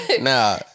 Nah